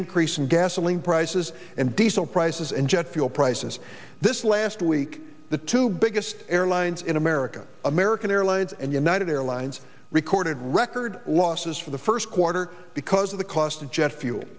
increase in gasoline prices and diesel prices and jet fuel prices this last week the two biggest airlines in america american airlines and united airlines recorded record losses for the first quarter because of the cost of jet fuel